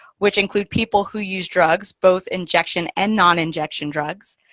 which include people who use drugs, both injection and non-injection drugs,